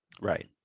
Right